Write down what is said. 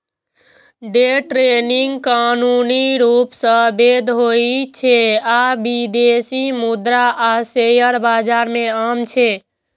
day trading कानूनी रूप सं वैध होइ छै आ विदेशी मुद्रा आ शेयर बाजार मे आम छै